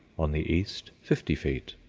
on the east fifty feet,